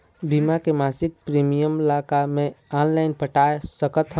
बीमा के मासिक प्रीमियम ला का मैं ऑनलाइन पटाए सकत हो?